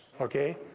okay